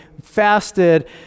fasted